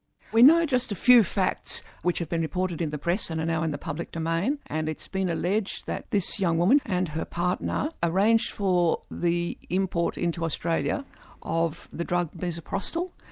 we know just a few facts which have been reported in the press and are now in the public domain, and it's been alleged that this young woman and her partner, arranged for the import into australia of the drug misoprostol.